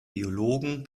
biologen